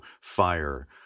fire